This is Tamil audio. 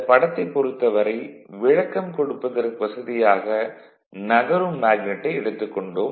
இந்தப் படத்தைப் பொறுத்தவரை விளக்கம் கொடுப்பதற்கு வசதியாக நகரும் மேக்னட்டை எடுத்துக் கொண்டோம்